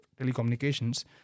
telecommunications